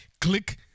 click